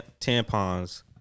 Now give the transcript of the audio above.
tampons